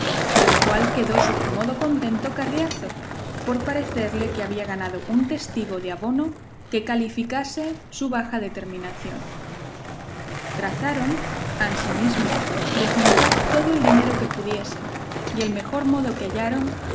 de lo cual quedó sobremodo contento carriazo por parecerle que había ganado un testigo de abono que calificase su baja determinación trazaron ansimismo de juntar todo el dinero que pudiesen y el mejor modo que hallaron